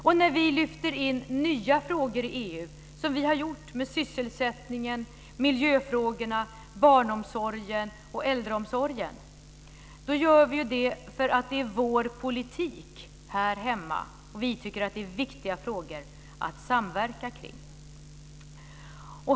Och när vi lyfter in nya frågor i EU, som vi har gjort med sysselsättningen, miljöfrågorna, barnomsorgen och äldreomsorgen, gör vi ju det för att det är vår politik här hemma, och vi tycker att det är viktiga frågor att samverka kring.